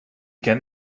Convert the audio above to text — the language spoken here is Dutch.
kent